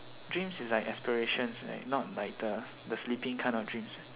dreams is like aspirations eh not like the the sleeping kind of dreams